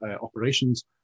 operations